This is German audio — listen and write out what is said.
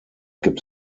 gibt